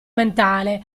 mentale